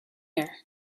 here